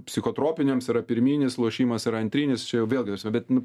psichotropinėms yra pirminis lošimas yra antrinis čia jau vėlgi ta prasme bet nu